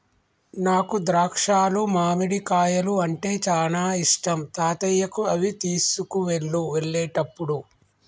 నాకు ద్రాక్షాలు మామిడికాయలు అంటే చానా ఇష్టం తాతయ్యకు అవి తీసుకువెళ్ళు వెళ్ళేటప్పుడు